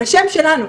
לשם שלנו.